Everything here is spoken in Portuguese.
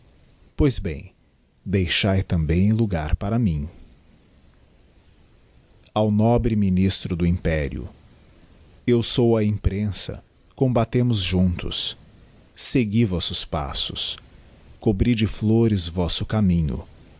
pois bem deixae tam íem logar para mim ao nobre ministro do império eu sou a imprensa combatemos juntos segui vossos passos cobri de flores vosso caminho